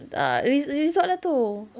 err res~ resort lah tu